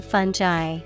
Fungi